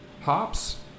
hops